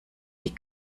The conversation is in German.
die